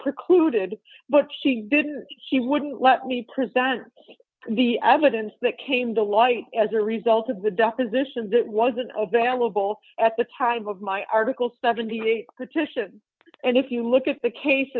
precluded but she didn't she wouldn't let me present the evidence that came to light as a result of the deposition that wasn't available at the time of my article seventy eight partition and if you look at the case